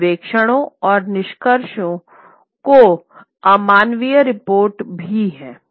अन्वेषणों और निष्कर्षों की अमानवीय रिपोर्ट भी हैं